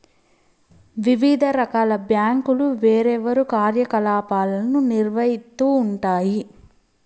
వివిధ రకాల బ్యాంకులు వేర్వేరు కార్యకలాపాలను నిర్వహిత్తూ ఉంటాయి